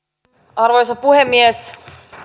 arvoisa puhemies